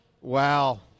Wow